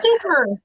super